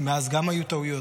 וגם מאז היו טעויות,